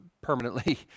permanently